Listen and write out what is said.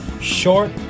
Short